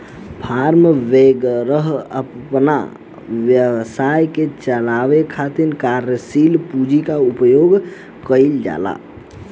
form वैगरह अपना व्यवसाय के चलावे खातिर कार्यशील पूंजी के उपयोग कईल जाला